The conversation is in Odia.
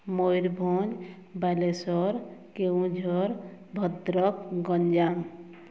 ମୟୂରଭଞ୍ଜ ବାଲେଶ୍ୱର କେଉଁଝର ଭଦ୍ରକ ଗଞ୍ଜାମ